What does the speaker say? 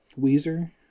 weezer